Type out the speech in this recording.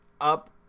up